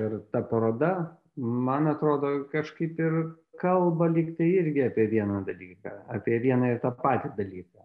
ir ta paroda man atrodo kažkaip ir kalba lyg tai irgi apie vieną dalyką apie vieną ir tą patį dalyką